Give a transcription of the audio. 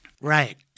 Right